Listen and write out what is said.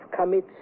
commit